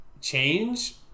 change